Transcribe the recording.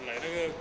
like 那个